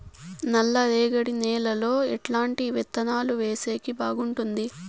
నల్లరేగడి నేలలో ఎట్లాంటి విత్తనాలు వేసేకి బాగుంటుంది?